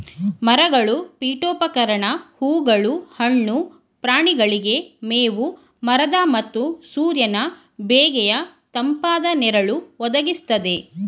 ಮರಗಳು ಪೀಠೋಪಕರಣ ಹೂಗಳು ಹಣ್ಣು ಪ್ರಾಣಿಗಳಿಗೆ ಮೇವು ಮರದ ಮತ್ತು ಸೂರ್ಯನ ಬೇಗೆಯ ತಂಪಾದ ನೆರಳು ಒದಗಿಸ್ತದೆ